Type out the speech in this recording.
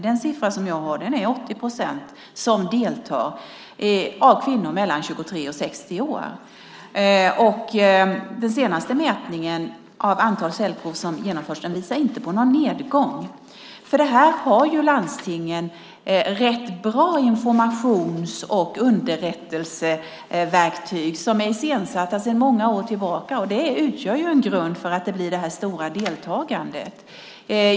Den siffra som jag har visar att 80 procent av kvinnorna mellan 23 och 60 år deltar. Den senaste mätningen av antalet cellprov som genomförs visar inte på någon nedgång. Här har landstingen rätt bra informations och underrättelseverktyg som är iscensatta sedan många år tillbaka. De utgör en grund för att det blir det stora deltagandet.